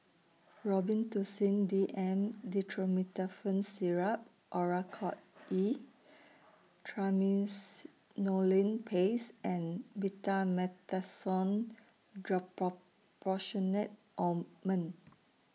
Robitussin D M Dextromethorphan Syrup Oracort E Triamcinolone Paste and Betamethasone Dipropionate Ointment